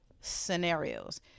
scenarios